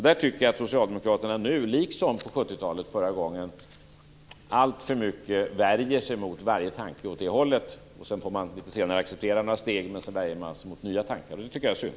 Där tycker jag att socialdemokratierna nu, liksom förra gången under 70-talet, alltför mycket värjer sig mot varje tanke åt det hållet. Sedan får man acceptera några steg, men därefter värjer man sig mot nya tankar, och det tycker jag är synd.